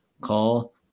call